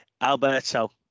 Alberto